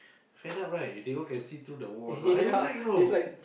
fed up right they all can see through the walls I don't like you know